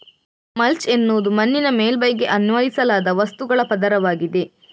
mulch ಎನ್ನುವುದು ಮಣ್ಣಿನ ಮೇಲ್ಮೈಗೆ ಅನ್ವಯಿಸಲಾದ ವಸ್ತುಗಳ ಪದರವಾಗಿದೆ